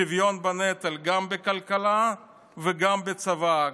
שוויון בנטל גם בכלכלה וגם בצבא,